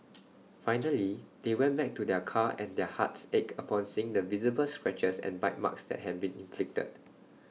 finally they went back to their car and their hearts ached upon seeing the visible scratches and bite marks that had been inflicted